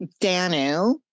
Danu